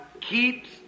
keeps